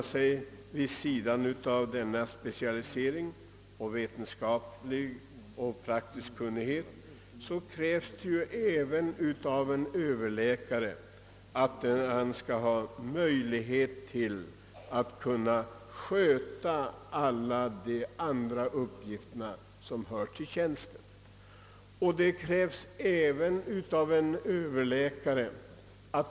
Vid sidan om specialisering samt vetenskapliga och praktiska kunskaper skall han kunna sköta även andra uppgifter som sammanhänger med tjänsten.